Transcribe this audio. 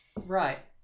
Right